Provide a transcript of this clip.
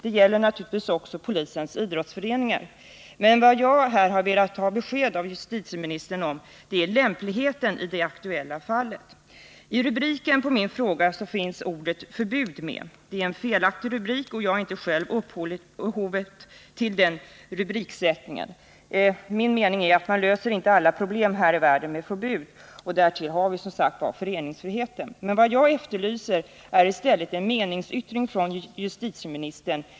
Den gäller också polisens idrottsföreningar. Men vad jag här har velat ha besked om från justitieministern är lämpligheten i det aktuella fallet. I rubriken på min fråga finns ordet ”förbud”. Det är en felaktig rubrik, och jag är inte själv upphovet till den. Min mening är att man inte löser alla problem här i världen med förbud. Därtill har vi som sagt föreningsfrihet. Vad jag efterlyser är en meningsyttring från justitieministern.